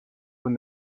when